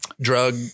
drug